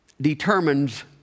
determines